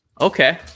Okay